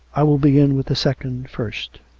i will begin with the second first.